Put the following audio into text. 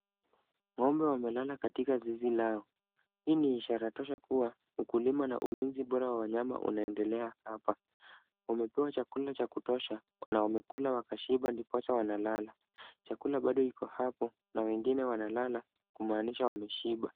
Ng'ombe wamelala katika zizi lao. Hii ni ishara tosha kuwa, ukulima na ulinzi bora wa wanyama unaendelea hapa. Wamepewa chakula cha kutosha na wamekula wakashiba ndiposa wanalala. Chakula bado kiko hapo na wengine wanalala, kumaanisha wameshiba.